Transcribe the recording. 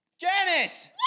Janice